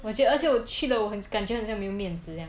我觉得而且我去了我很感觉没有面子